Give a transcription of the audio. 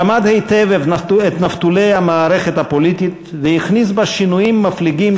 הוא למד היטב את נפתולי המערכת הפוליטית והכניס בה שינויים מפליגים